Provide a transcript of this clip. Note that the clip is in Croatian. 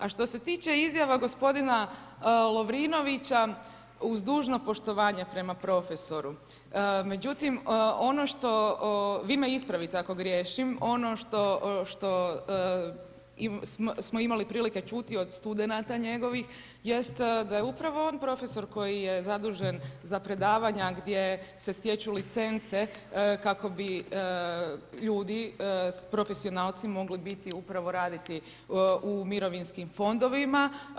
A što se tiče izjava gospodina Lovrinovića, uz dužno poštovanje prema profesoru, međutim ono što vi me ispravite ako griješim, ono što smo imali prilike čuti od studenata njegovih jest da je upravo on profesor koji je zadužen za predavanja gdje se stječu licence kako bi ljudi profesionalci mogli biti upravo raditi u mirovinskim fondovima.